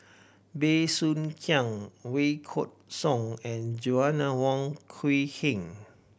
Bey Soo Khiang Wykidd Song and Joanna Wong Quee Heng